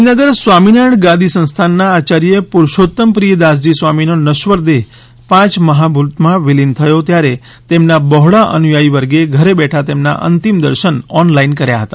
મણિનગર સ્વામિનારાયણ ગાદી સંસ્થાનના આચાર્ય પુરુષોત્તમપ્રિય દાસજી સ્વામીનો નશ્વર દેહ પાંચ મહાભૂતમાં વિલીન થયો ત્યારે તેમના બહોળા અનુયાથી વર્ગે ઘેર બેઠા તેમના અંતિમ દર્શન ઓનલાઇન કર્યા હતા